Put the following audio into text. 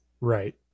right